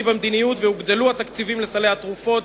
במדיניות והוגדלו התקציבים לסלי התרופות,